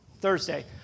Thursday